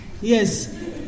Yes